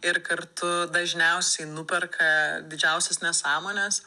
ir kartu dažniausiai nuperka didžiausias nesąmones